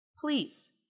please